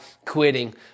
quitting